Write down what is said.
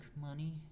money